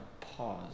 pause